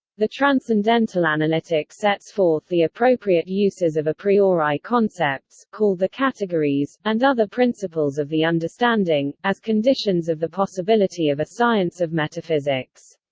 the transcendental analytic sets forth the appropriate uses of a priori concepts, called the categories, and other principles of the understanding, as conditions of the possibility of a science of metaphysics.